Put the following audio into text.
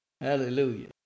Hallelujah